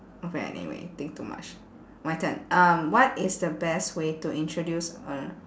okay anyway think too much my turn um what is the best way to introduce a